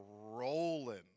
rolling